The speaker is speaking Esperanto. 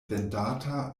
vendata